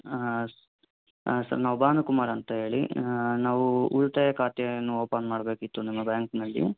sir ನಾವು ಭಾನುಕುಮಾರ್ ಅಂತ ಹೇಳಿ ನಾವು ಉಳಿತಾಯ ಖಾತೆಯನ್ನು ಓಪನ್ ಮಾಡಬೇಕಿತ್ತು ನಿಮ್ಮ ಬ್ಯಾಂಕ್ನಲ್ಲಿ